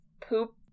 poop